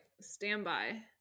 standby